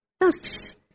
Yes